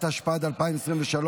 התשפ"ד 2023,